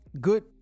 good